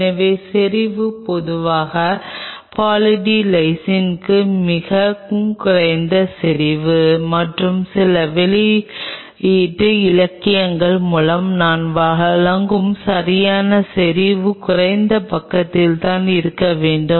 எனவே செறிவு பொதுவாக பாலி டி லைசினுக்கு மிகவும் குறைந்த செறிவு மற்றும் சில வெளியீட்டு இலக்கியங்கள் மூலம் நான் வழங்கும் சரியான செறிவு குறைந்த பக்கத்தில்தான் இருக்க வேண்டும்